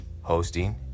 hosting